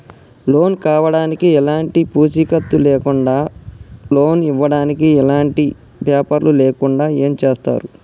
Loan కావడానికి ఎలాంటి పూచీకత్తు లేకుండా లోన్ ఇవ్వడానికి ఎలాంటి పేపర్లు లేకుండా ఏం చేస్తారు?